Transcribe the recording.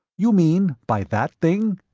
you mean by that thing?